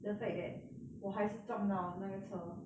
the fact that 我还是撞到那个车